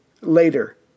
later